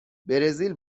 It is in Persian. برزیل